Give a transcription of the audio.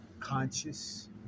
conscious